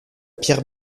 pierre